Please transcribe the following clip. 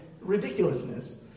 ridiculousness